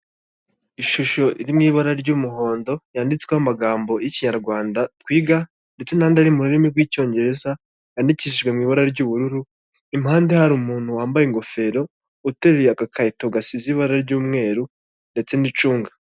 Ishusho iri mu ibara ry'umuhondo, yanditsweho amagambo y'ikinyarwanda twiga ndetse n'andi ari mu rurimi rw'icyongereza yandikishijwe mu ibara ry'ubururu, impande hari umuntu wambaye ingofero, uteruye agakarito gasize ibara ry'umweru ndetse n'icunga.